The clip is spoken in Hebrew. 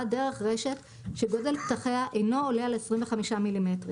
דרך רשת שגודל פתחיה אינו עולה על 25 מילימטרים,